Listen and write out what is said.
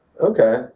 Okay